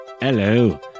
hello